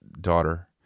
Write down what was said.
daughter